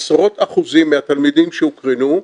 עשרות אחוזים מהתלמידים שהוקרנו,